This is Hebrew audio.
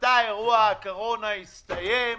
מבחינתה אירוע הקורונה הסתיים,